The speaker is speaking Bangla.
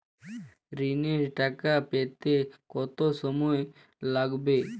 ঋণের টাকা পেতে কত সময় লাগবে?